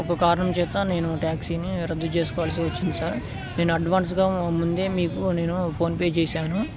ఒక కారణం చేత నేను ట్యాక్సీని రద్దు చేసుకోవాల్సి వచ్చింది సార్ నేను అడ్వాన్స్గా ముందే మీకు నేను ఫోన్పే చేశాను